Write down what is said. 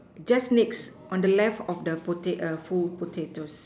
just next on the left of the pota~ uh full potatoes